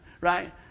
right